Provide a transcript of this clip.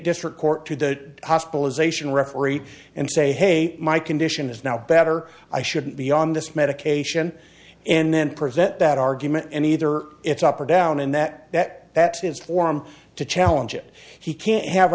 district court to the hospitalisation referee and say hey my condition is now better i shouldn't be on this medication and then present that argument and either it's up or down in that that that's his form to challenge it he can't have